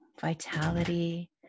vitality